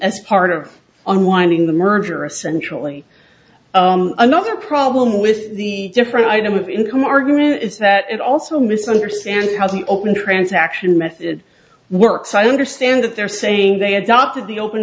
as part of unwinding the merger essentially another problem with the different item of income argument is that it also misunderstands how the open transaction method works i understand that they're saying they have dotted the open